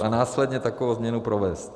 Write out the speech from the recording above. a následně takovou změnu provést.